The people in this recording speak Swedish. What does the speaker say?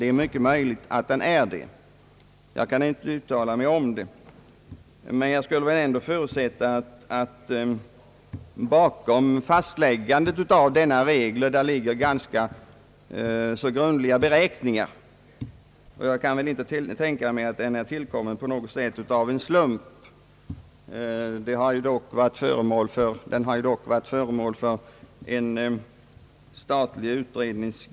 Det är mycket möjligt att den är det; jag kan inte uttala mig om det. Men jag skulle ändå vilja förutsätta att bakom fastläggandet av denna regel ligger ganska grundliga beräkningar, och jag kan inte tänka mig att regeln är tillkommen av en slump. Regeln har ju dock granskats av en statlig utredning.